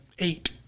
eight